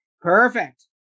Perfect